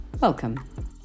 Welcome